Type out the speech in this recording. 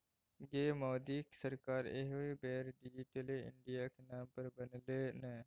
गै मोदीक सरकार एहि बेर डिजिटले इंडियाक नाम पर बनलै ने